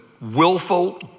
willful